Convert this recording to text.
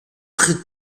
très